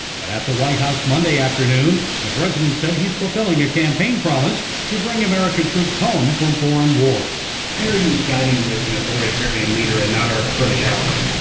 but at the white house monday afternoon the president said he's fulfilling a campaign promise to bring american troops home from foreign wars. why are you siding with an authoritarian leader and not our ah